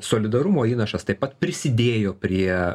solidarumo įnašas taip pat prisidėjo prie